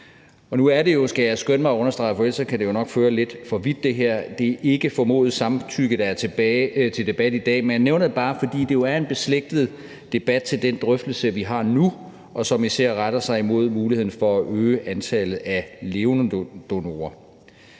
Nu er det jo, skal jeg skynde mig at understrege, for ellers kan det her nok føre lidt for vidt, ikke formodet samtykke, der er til debat i dag, men jeg nævner det bare, fordi det er en beslægtet debat til den drøftelse, vi har nu, og som især retter sig imod muligheden for at øge antallet af levende donorer.